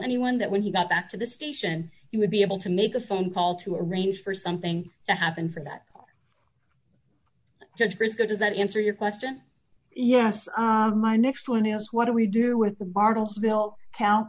anyone that when he got back to the station he would be able to make a phone call to arrange for something to happen from that judge briscoe does that answer your question yes or next one is what do we do with the bartlesville